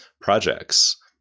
projects